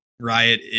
Riot